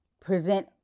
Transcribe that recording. present